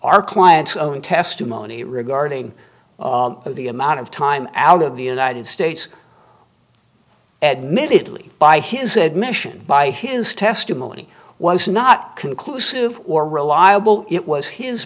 our client's own testimony regarding the amount of time out of the united states admittedly by his admission by his testimony was not conclusive or reliable it was his